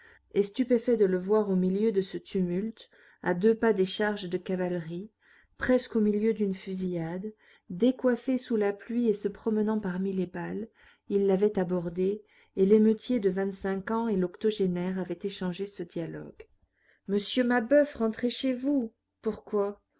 et stupéfait de le voir au milieu de ce tumulte à deux pas des charges de cavalerie presque au milieu d'une fusillade décoiffé sous la pluie et se promenant parmi les balles il l'avait abordé et l'émeutier de vingt-cinq ans et l'octogénaire avaient échangé ce dialogue monsieur mabeuf rentrez chez vous pourquoi